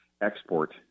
export